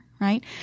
right